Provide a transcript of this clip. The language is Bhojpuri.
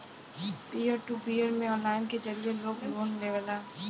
पियर टू पियर में ऑनलाइन के जरिए लोग लोन लेवेला